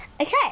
Okay